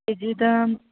ꯀꯦꯖꯤꯗ